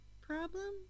problem